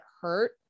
hurt